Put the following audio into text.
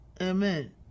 Amen